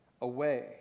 away